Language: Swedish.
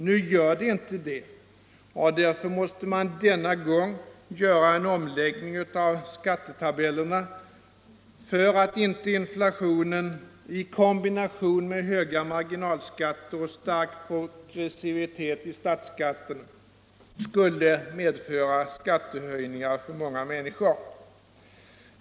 Nu gör det inte det, och därför måste man denna gång göra en omläggning av skattetabellerna för att inte inflationen i kombination med höga marginalskatter och stark progressivitet i statsskatten skulle medföra skattehöjningar för många människor.